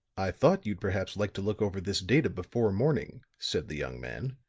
i thought you'd perhaps like to look over this data before morning, said the young man,